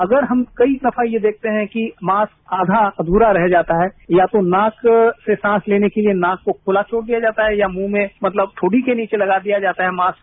अगर हम कई दफा ये देखते है कि मास्क आघा अघ्रा रह जाता है या तो मास्क से सांस लेने के लिए नाक को खुला छोड़ दिया जाता है या मुंह में मतलब ठोड़ी के नीचे लगा दिया जाता है मास्क